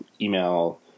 email